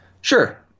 Sure